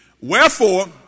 Wherefore